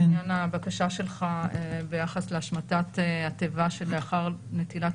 לעניין הבקשה שלך ביחס להשמטת התיבה "לאחר נטילת